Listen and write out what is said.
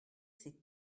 ces